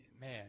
man